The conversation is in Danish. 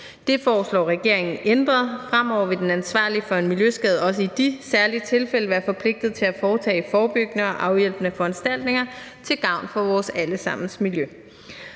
Det foreslår regeringen ændret. Fremover vil den ansvarlige for en miljøskade også i de særlige tilfælde være forpligtet til at foretage forebyggende og afhjælpende foranstaltninger til gavn for vores alle sammens miljø.